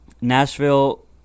Nashville